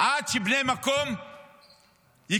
עד שבני מקום יקבלו.